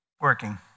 working